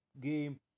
game